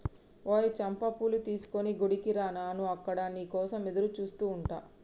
ఓయ్ చంపా పూలు తీసుకొని గుడికి రా నాను అక్కడ నీ కోసం ఎదురుచూస్తు ఉంటా